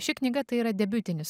ši knyga tai yra debiutinis